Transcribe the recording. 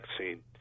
vaccine